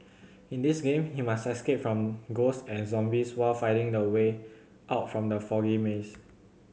in this game you must escape from ghosts and zombies while finding the way out from the foggy maze